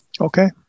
Okay